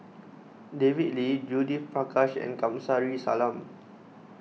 David Lee Judith Prakash and Kamsari Salam